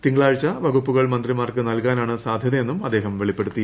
തിങ്കളാഴ്ച വകുപ്പുകൾ മന്ത്രിമാർക്ക് നൽകാനാണ് സാധ്യതയെന്നും അദ്ദേഹം വെളിപ്പെടുത്തി